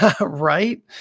right